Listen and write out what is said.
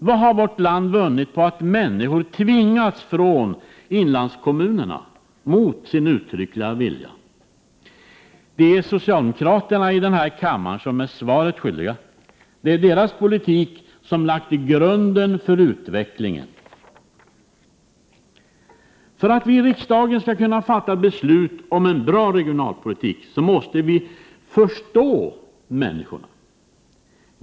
Vad har vårt land vunnit på att människor har tvingats från inlandskommunerna, mot sin uttryckliga vilja? Det är socialdemokraterna i denna kammare som är svaret skyldiga. Det är deras politik som har lagt grunden för utvecklingen. För att vi i riksdagen skall kunna fatta beslut om en bra regionalpolitik måste vi förstå människorna.